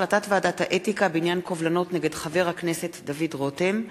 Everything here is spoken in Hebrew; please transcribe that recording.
החלטת ועדת האתיקה בעניין קובלנות נגד חבר הכנסת דוד רותם.